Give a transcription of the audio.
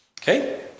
Okay